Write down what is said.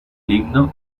himno